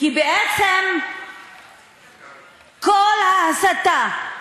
כי בעצם כל ההסתה,